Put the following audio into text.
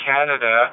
Canada